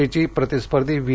तिची प्रतिस्पर्धी व्ही